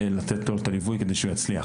ולתת לו את הליווי כדי שהוא יצליח,